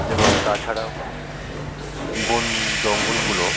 এবং তাছাড়াও বন জঙ্গলগুলো